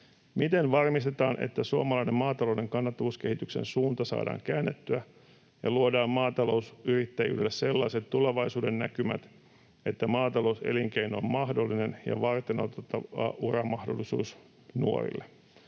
”Miten varmistetaan, että suomalainen maatalouden kannattavuuskehityksen suunta saadaan käännettyä ja luodaan maatalousyrittäjyydelle sellaiset tulevaisuudennäkymät, että maatalouselinkeino on mahdollinen ja varteenotettava uramahdollisuus nuorille?”